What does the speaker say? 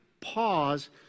pause